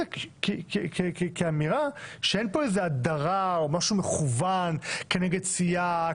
זה כאמירה שאין פה הדרה או משהו מכוון כנגד סיעה,